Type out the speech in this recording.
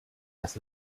das